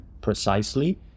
precisely